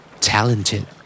Talented